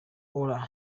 ora